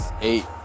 eight